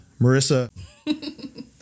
Marissa